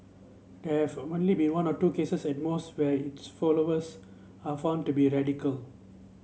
there have only been one or two cases at most where its followers are found to be radical